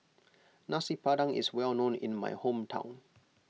Nasi Padang is well known in my hometown